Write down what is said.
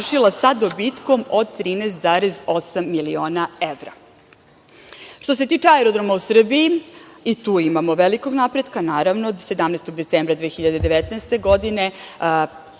sa dobitkom od 13,8 miliona evra. Što se tiče aerodroma u Srbiji, i tu imamo velikog napretka, naravno, 17. decembra 2019. godine